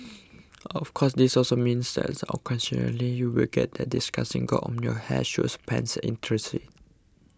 of course this also means that occasionally you'll get that disgusting gob on your hair shoes pants etc